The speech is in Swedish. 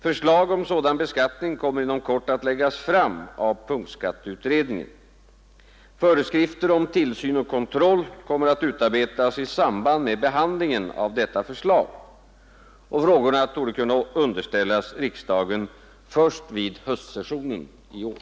Förslag om sådan beskattning kommer inom kort att läggas fram av punktskatteutredningen. Föreskrifter om tillsyn och kontroll kommer att utarbetas i samband med behandlingen av detta förslag. Frågorna torde kunna underställas riksdagen först vid höstsessionen i år.